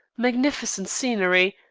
magnificent scenery,